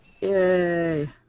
Yay